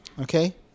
okay